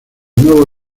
nuevo